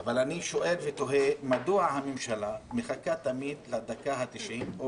אבל אני שואל ותוהה מדוע הממשלה מחכה תמיד לדקה ה-90 או